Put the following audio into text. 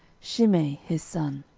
shimei his son.